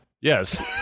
Yes